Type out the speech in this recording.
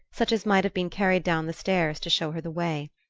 such as might have been carried down the stairs to show her the way.